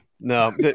no